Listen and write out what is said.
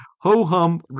ho-hum